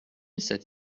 cette